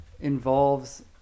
involves